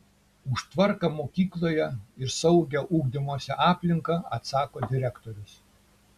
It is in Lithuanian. už tvarką mokykloje ir saugią ugdymosi aplinką atsako direktorius